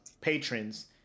patrons